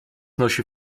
nosi